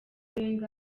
wenger